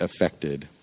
affected